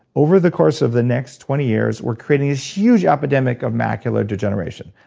over the course of the next twenty years, we're creating this huge epidemic of macular degeneration.